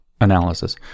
analysis